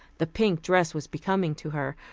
the pink dress was becoming to her.